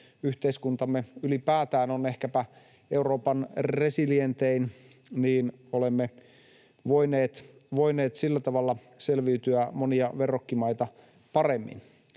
yhteiskuntamme ylipäätään on ehkäpä Euroopan resilientein, olemme voineet selviytyä monia verrokkimaita paremmin.